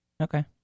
Okay